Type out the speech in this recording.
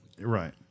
Right